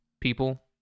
people